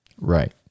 Right